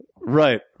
Right